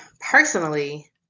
personally